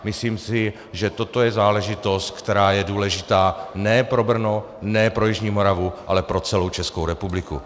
Myslím si, že toto je záležitost, která je důležitá ne pro Brno, ne pro jižní Moravu, ale pro celou Českou republiku.